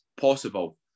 possible